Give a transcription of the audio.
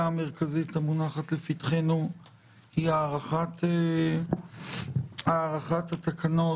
המרכזית המונחת לפתחנו היא הארכת התקנות,